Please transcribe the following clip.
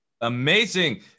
Amazing